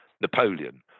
Napoleon